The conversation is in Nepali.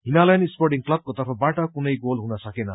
हिमालय स्पोर्टिंग क्लबको तर्फबाट कुनै गोल हुन सकेन